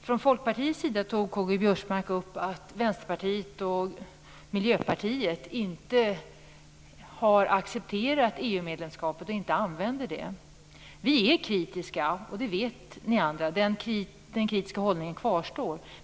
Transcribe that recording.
Från Folkpartiets sida tog K-G Biörsmark upp att Vänsterpartiet och Miljöpartiet inte har accepterat EU-medlemskapet och inte använder det. Vi är kritiska, och det vet ni andra. Den kritiska hållningen kvarstår.